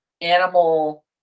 Animal